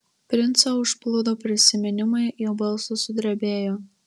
princą užplūdo prisiminimai jo balsas sudrebėjo